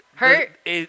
Hurt